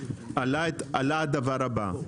עלה הדבר הבא,